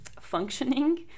functioning